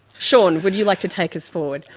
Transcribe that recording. sean, would you like to take us forward?